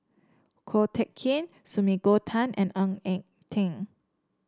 Ko Teck Kin Sumiko Tan and Ng Eng Teng